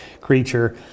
creature